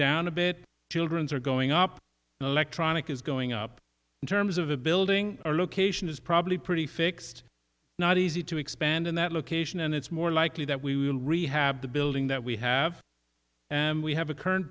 down a bit children's are going up tronic is going up in terms of a building or location is probably pretty fixed not easy to expand in that location and it's more likely that we will rehab the building that we have and we have a current